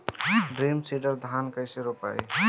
Drum seeder से धान कैसे रोपाई?